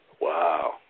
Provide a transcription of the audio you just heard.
Wow